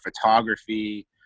photography